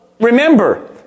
remember